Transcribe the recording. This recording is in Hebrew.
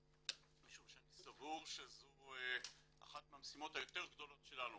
משום שאני סבור שזו אחת מהמשימות היותר גדולות שלנו